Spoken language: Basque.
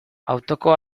autoko